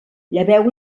lleveu